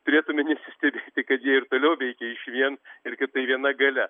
turėtumėme išsiskirstyti kad ji ir toliau veikia išvien irgi tai viena galia